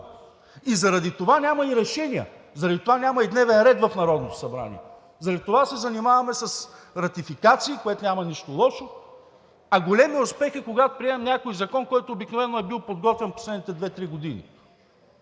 И заради това няма и решения, заради това няма и дневен ред в Народното събрание. Заради това се занимаваме с ратификации, в което няма нищо лошо, а големият успех е, когато приемем някой закон, който обикновено е бил подготвян последните две-три години.